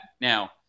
Now